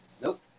Nope